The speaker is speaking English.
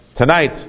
tonight